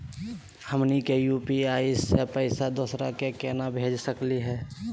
हमनी के यू.पी.आई स पैसवा दोसरा क केना भेज सकली हे?